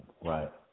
Right